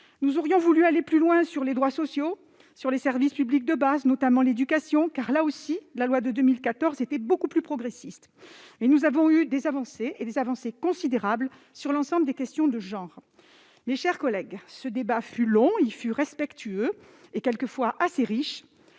Nous aurions voulu aller plus loin sur les droits sociaux et sur les services publics de base, notamment l'éducation ; là aussi, la loi de 2014 était beaucoup plus progressiste. Mais nous avons obtenu des avancées, considérables, sur les questions de genre. Mes chers collègues, le débat fut long, respectueux et, quelquefois, assez riche.